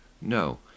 No